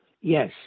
Yes